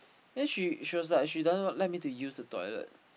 then she she was like she doesn't let me to use the toilet